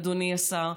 אדוני השר,